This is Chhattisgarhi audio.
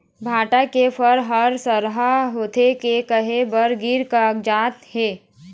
भांटा के फर हर सरहा होथे के काहे बर गिर कागजात हे?